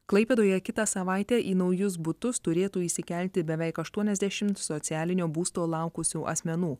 klaipėdoje kitą savaitę į naujus butus turėtų įsikelti beveik aštuoniasdešimt socialinio būsto laukusių asmenų